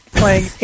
playing